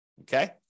Okay